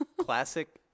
Classic